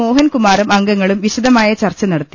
മോഹൻ കുമാറും അംഗങ്ങളും വിശദമായ ചർച്ച നടത്തി